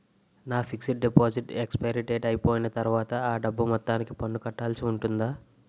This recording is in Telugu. నా ఫిక్సడ్ డెపోసిట్ ఎక్సపైరి డేట్ అయిపోయిన తర్వాత అ డబ్బు మొత్తానికి పన్ను కట్టాల్సి ఉంటుందా?